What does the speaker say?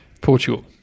portugal